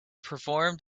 performed